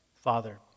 Father